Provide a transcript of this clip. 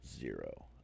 Zero